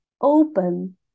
open